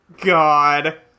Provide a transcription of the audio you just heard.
God